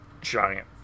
giant